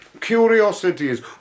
curiosities